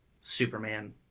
Superman